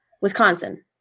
Wisconsin